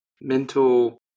mental